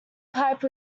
pipe